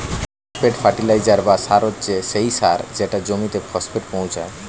phosphate fertiliser বা সার হচ্ছে সেই সার যেটা জমিতে ফসফেট পৌঁছায়